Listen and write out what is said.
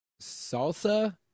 salsa